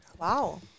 Wow